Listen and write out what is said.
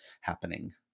happening